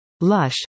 Lush